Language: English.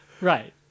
Right